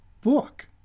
book